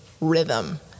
rhythm